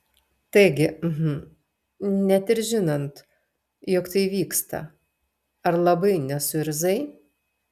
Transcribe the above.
taigi hm net ir žinant jog tai vyksta ar labai nesuirzai